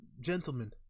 gentlemen